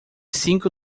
cinco